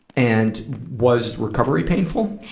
and, was recovery painful?